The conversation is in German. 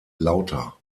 lauter